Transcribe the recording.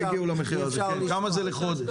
כמה זה לחודש?